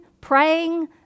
praying